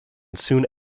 soon